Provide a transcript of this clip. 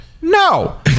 no